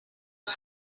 dix